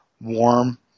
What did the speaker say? warm